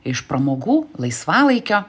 iš pramogų laisvalaikio